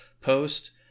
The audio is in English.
post